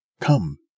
Come